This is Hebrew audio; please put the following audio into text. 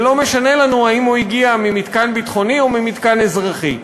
זה לא משנה לנו אם הוא הגיע ממתקן ביטחוני או ממתקן אזרחי.